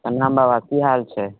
प्रणाम बाबा की हाल छै